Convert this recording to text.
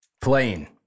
Playing